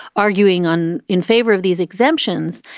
arguing on in favor of these exemptions.